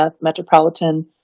metropolitan